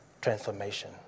transformation